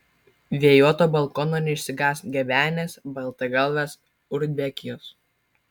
vėjuoto balkono neišsigąs gebenės baltagalvės rudbekijos